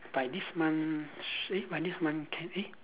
by this month sh~ eh by this month can eh